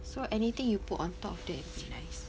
so anything you put on top of that is nice